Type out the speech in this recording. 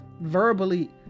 verbally